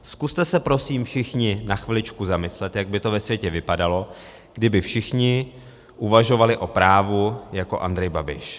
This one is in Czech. Zkuste se prosím všichni na chviličku zamyslet, jak by to ve světě vypadalo, kdyby všichni uvažovali o právu jako Andrej Babiš.